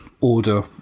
order